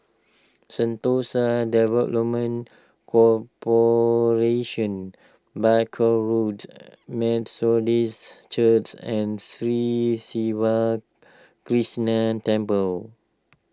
Sentosa Development Corporation Barker Road Methodist Church and Sri Siva Krishna Temple